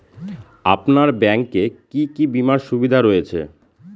আপনার ব্যাংকে কি কি বিমার সুবিধা রয়েছে?